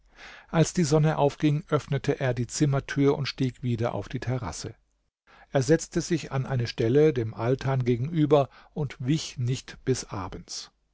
als die sonne aufging öffnete er die zimmertür und stieg wieder auf die terrasse er setzte sich an eine stelle dem altan gegenüber und wich nicht bis abends